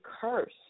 curse